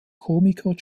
komiker